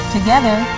Together